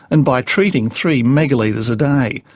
and by treating three megalitres a day.